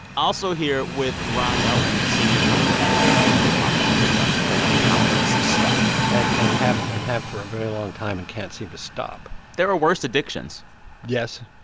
also here with ron elving, senior political editor and correspondent for npr. you cover the politics stuff and and and have for a very long time and can't seem to stop there are worse addictions yes